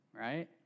right